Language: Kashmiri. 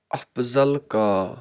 اَفضَل کاک